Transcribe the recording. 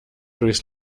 durchs